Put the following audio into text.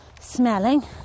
smelling